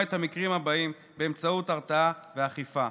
את המקרים הבאים באמצעות הרתעה ואכיפה.